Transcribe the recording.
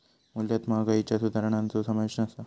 मूल्यात महागाईच्यो सुधारणांचो समावेश नसा